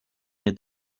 nie